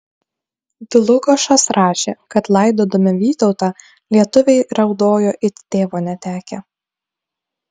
dlugošas rašė kad laidodami vytautą lietuviai raudojo it tėvo netekę